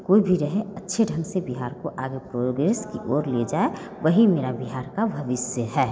कोई भी रहे अच्छे ढ़ंग से बिहार को आगे प्रोग्रेस की और ले जाए वही मेरा बिहार का भविष्य है